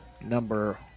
number